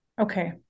Okay